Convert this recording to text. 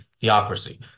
theocracy